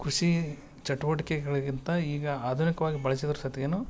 ಚಟುವಟಿಕೆಗಳಿಗಿಂತ ಈಗ ಆಧುನಿಕ್ವಾಗಿ ಬಳಸಿರೋ ಸತ್ಗೆನು